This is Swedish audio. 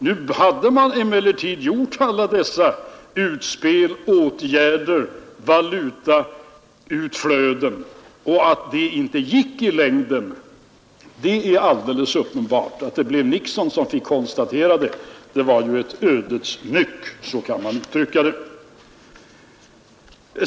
Nu hade man emellertid gjort alla dessa utspel med valutautflöde som följd. Det är alldeles uppenbart att det blev Nixon som fick konstatera att det inte gick i längden, Det var en ödes nyck — så kan man uttrycka det.